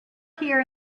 here